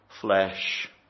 flesh